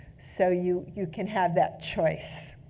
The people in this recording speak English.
so you you can have that choice.